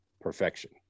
perfection